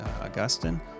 Augustine